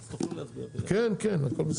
אתה תקבל את האישור מיזוג מאוד מהר.